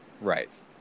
Right